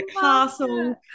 castle